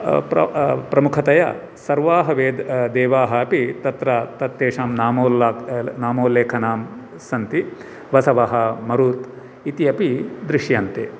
प्र प्रमुखतया सर्वाः वेद देवाः अपि तत्र तत्तेषां नाम उल्ला नामोल्लेखनं सन्ति वसवः मरुत् इत्यपि दृश्यन्ते